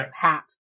hat